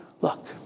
Look